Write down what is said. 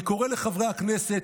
אני קורא לחברי הכנסת,